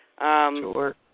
Sure